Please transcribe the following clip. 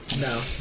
No